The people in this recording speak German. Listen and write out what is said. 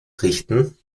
richten